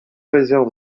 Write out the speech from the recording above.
réserves